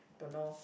don't know